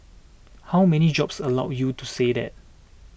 how many jobs allow you to say that